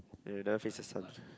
eh never face the sun